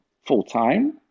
full-time